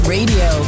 Radio